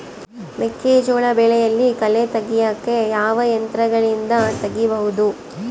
ಮೆಕ್ಕೆಜೋಳ ಬೆಳೆಯಲ್ಲಿ ಕಳೆ ತೆಗಿಯಾಕ ಯಾವ ಯಂತ್ರಗಳಿಂದ ತೆಗಿಬಹುದು?